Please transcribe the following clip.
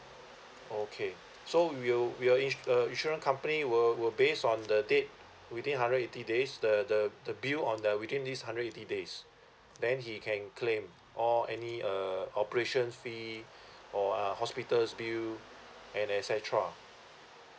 okay so will will in~ uh insurance company will will base on the date within hundred eighty days the the the bill on the within these hundred eighty days then he can claim or any uh operations fee or uh hospitals bill and etcetera